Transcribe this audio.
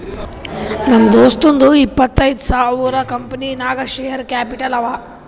ನಮ್ ದೋಸ್ತುಂದೂ ಎಪ್ಪತ್ತ್ ಸಾವಿರ ರುಪಾಯಿ ಕಂಪನಿ ನಾಗ್ ಶೇರ್ ಕ್ಯಾಪಿಟಲ್ ಅವ